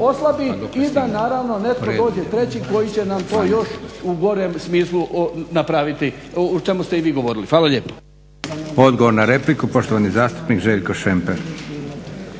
oslabi i da naravno netko dođe treći koji će nam to još u gorem smislu napraviti, o čemu ste i vi govorili. Hvala lijepo. **Leko, Josip (SDP)** Odgovor na repliku, poštovani zastupnik Željko Šemper.